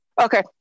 Okay